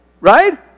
Right